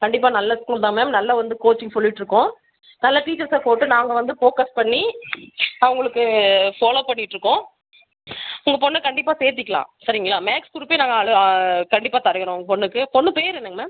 கண்டிப்பாக நல்ல ஸ்கூல் தான் மேம் நல்ல வந்து கோச்சிங் சொல்லிகிட்ருக்கோம் நல்ல டீச்சர்ஸாக போட்டு நாங்கள் வந்து ஃபோக்கஸ் பண்ணி அவர்களுக்கு ஃபாலோவ் பண்ணிகிட்ருக்கோம் உங்கள் பொண்ணை கண்டிப்பாக சேர்த்திக்கிலாம் சரிங்களா மேக்ஸ் குரூப்பே நாங்கள் அல கண்டிப்பாக தருகிறோம் உங்கள் பொண்ணுக்கு பொண்ணு பேர் என்னங்க மேம்